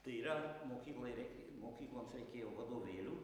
tai yra mokyklai rei mokykloms reikėjo vadovėlių